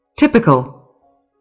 Typical